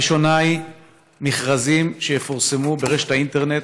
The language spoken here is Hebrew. הראשונה היא מכרזים שיפורסמו ברשת האינטרנט